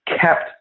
kept